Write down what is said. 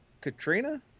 Katrina